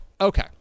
Okay